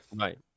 right